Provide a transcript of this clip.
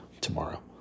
tomorrow